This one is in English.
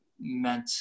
meant